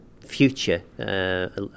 future